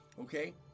Okay